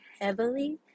heavily